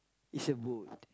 is a boat